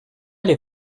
les